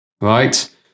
right